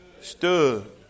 Stood